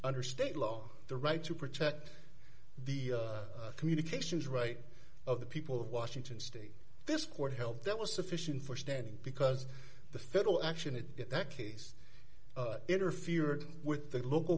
under state law the right to protect the communications right of the people of washington state this court held that was sufficient for standing because the federal action in that case interfered with the local